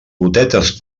gotetes